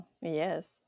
Yes